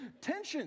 tension